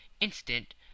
instant